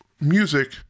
music